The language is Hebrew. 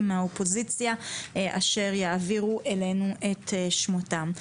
מן האופוזיציה אשר יעבירו לנו את שמותיהם.